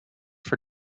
for